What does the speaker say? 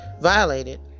violated